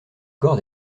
corps